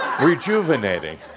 rejuvenating